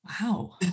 wow